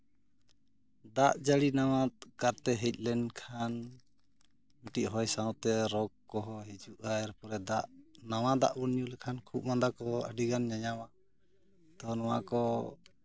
ᱫᱟᱜ ᱡᱟᱹᱲᱤ ᱱᱟᱣᱟ ᱠᱟᱨᱛᱮ ᱦᱮᱡ ᱞᱮᱱ ᱠᱷᱟᱱ ᱡᱩᱫᱤ ᱦᱚᱭ ᱥᱟᱶᱛᱮ ᱨᱳᱜᱽ ᱠᱚᱦᱚᱸ ᱦᱤᱡᱩᱜᱼᱟ ᱟᱨ ᱱᱟᱣᱟ ᱫᱟᱜ ᱵᱚᱱ ᱧᱩ ᱞᱮᱠᱷᱟᱱ ᱠᱷᱩᱜ ᱢᱟᱸᱫᱟ ᱠᱚ ᱟᱹᱰᱤ ᱜᱟᱱ ᱧᱟᱧᱟᱢᱟ ᱛᱚ ᱱᱚᱣᱟ ᱠᱚ